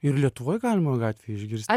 ir lietuvoj galima gatvėj išgirsti